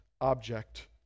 object